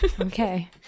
okay